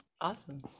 Awesome